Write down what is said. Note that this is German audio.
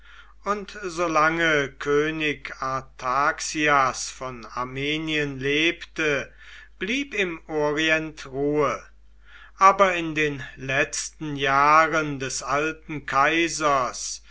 und so lange könig artaxias von armenien lebte blieb im orient ruhe aber in den letzten jahren des alten kaisers